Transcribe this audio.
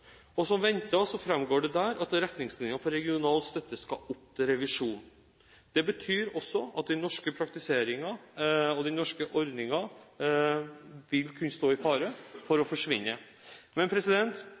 Som ventet framgår det der at retningslinjene for regional støtte skal opp til revisjon. Det betyr også at de norske praktiseringene og de norske ordningene vil kunne stå i fare for